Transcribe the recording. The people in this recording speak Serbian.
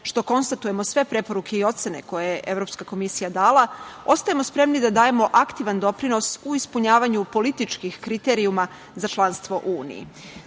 što konstatujemo sve preporuke i ocene koje je Evropska komisija dala, ostajemo spremni da dajemo aktivan doprinos u ispunjavanju političkih kriterijuma za članstvo u